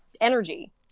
energy